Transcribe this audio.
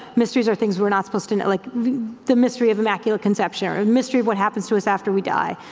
mysteries are things we're not supposed to know, like the mystery of immaculate conception or the mystery of what happens to us after we die,